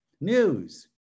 News